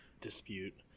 dispute